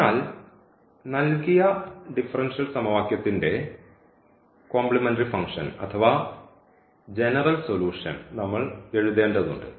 അതിനാൽ നൽകിയ ഡിഫറൻഷ്യൽ സമവാക്യത്തിന്റെ കോംപ്ലിമെൻററി ഫംഗ്ഷൻ അഥവാ ജനറൽ സൊലൂഷൻ നമ്മൾ എഴുതേണ്ടതുണ്ട്